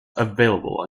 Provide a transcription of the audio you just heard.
available